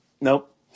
Nope